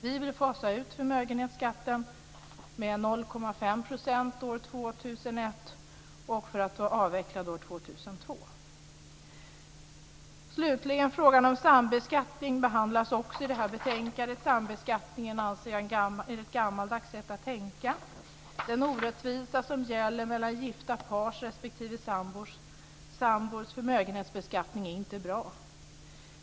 Vi vill fasa ut förmögenhetsskatten med 0,5 % år 2001 för att den ska vara avvecklad år 2002. Frågan om sambeskattning behandlas också i det här betänkandet. Sambeskattning anser jag vara ett gammaldags sätt att tänka. Den orättvisa som gäller mellan gifta pars respektive sambors förmögenhetsbeskattning är inte bra.